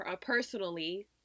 personally